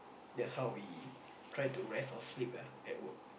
that's how we try to rest or sleep ah at work